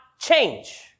change